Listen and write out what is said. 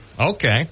Okay